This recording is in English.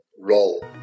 role